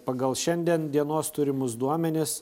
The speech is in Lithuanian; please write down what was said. pagal šiandien dienos turimus duomenis